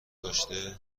داشته